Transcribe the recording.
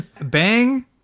Bang